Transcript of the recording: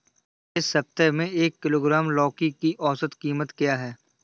इस सप्ताह में एक किलोग्राम लौकी की औसत कीमत क्या है?